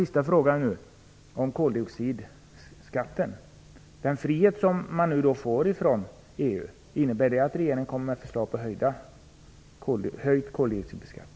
Beträffande koldioxidskatten: Innebär den frihet som vi får från EU-kommissionen att regeringen kommer att föreslå höjd koldioxidbeskattning?